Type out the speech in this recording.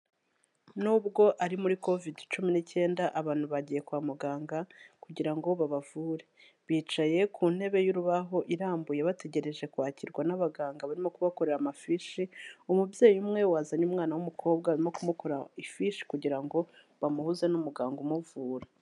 Nubwo ari muri covid cumi n'icyenda abantu bagiye kwa muganga kugira ngo babavure. Bicaye ku ntebe y'urubaho irambuye bategereje kwakirwa n'abaganga barimo kubakorera amafishi. Umubyeyi umwe wazanye umwana w'umukobwa arimo kumukorera ifishi kugira ngo bamuhuze n'umuganga umuvura.